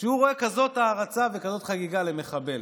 כשהוא רואה כזאת הערצה וכזאת חגיגה למחבל?